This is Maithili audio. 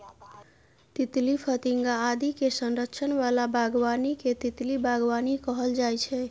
तितली, फतिंगा आदि के संरक्षण बला बागबानी कें तितली बागबानी कहल जाइ छै